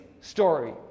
story